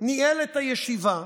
שניהל את הישיבה,